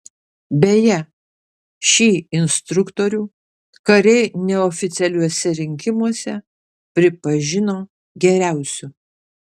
beje šį instruktorių kariai neoficialiuose rinkimuose pripažino geriausiu